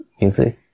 music